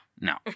No